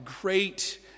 great